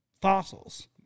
fossils